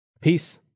Peace